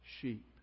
sheep